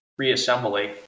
Reassembly